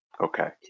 Okay